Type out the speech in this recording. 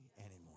anymore